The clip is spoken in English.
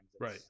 Right